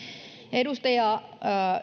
edustaja